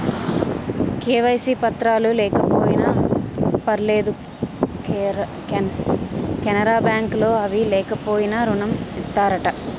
KYC పత్రాలు లేకపోయినా పర్లేదు కెనరా బ్యాంక్ లో అవి లేకపోయినా ఋణం ఇత్తారట